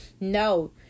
no